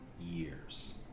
years